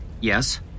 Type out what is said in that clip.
Yes